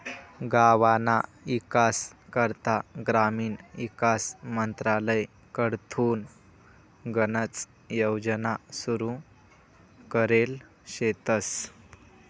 गावना ईकास करता ग्रामीण ईकास मंत्रालय कडथीन गनच योजना सुरू करेल शेतस